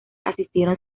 asistieron